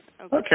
Okay